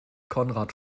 konrad